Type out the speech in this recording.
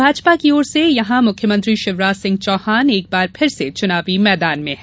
भाजपा की ओर से यहां मुख्यमंत्री शिवराज सिंह चौहान एक बार फिर से चुनावी मैदान में हैं